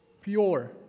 pure